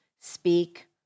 speak